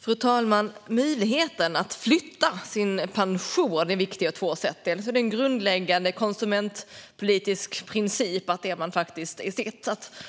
Fru talman! Möjligheten att flytta sin pension är viktig på två sätt. Dels är det en grundläggande konsumentpolitisk princip att